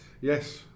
Yes